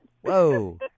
Whoa